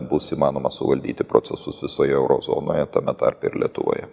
bus įmanoma suvaldyti procesus visoje euro zonoje tame tarpe ir lietuvoje